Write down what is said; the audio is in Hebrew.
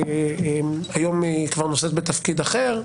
היום היא כבר נושאת בתפקיד אחר,